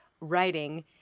writing